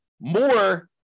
more